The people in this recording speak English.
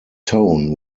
tone